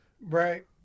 right